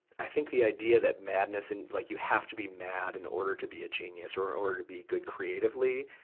i think the idea that madness and like, you have to be mad in order to be a genius or in order to be good creatively,